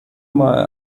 mal